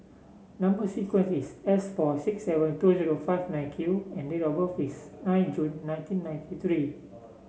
number sequence is S four six seven two zero five nine Q and date of birth is nine June nineteen ninety three